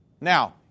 Now